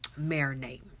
marinate